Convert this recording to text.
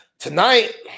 Tonight